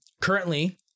Currently